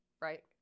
Right